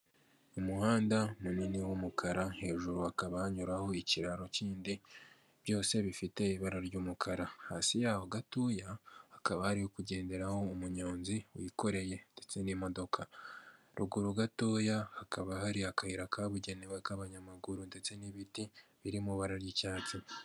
Umuhanda munini w'umukara hejuru bakaba hanyuraho ikiraro k'indi byose bifite ibara ry'umukara, hasi yaho gatoya ha akaba ari ukugenderaho umunyonzi wikoreye ndetse n'imodoka ruguru gatoya hakaba hari akayira kabugenewe k'abanyamaguru ndetse n'ibiti birimo ibara ry'icyatsi.